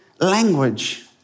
language